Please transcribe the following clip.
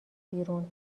بیرون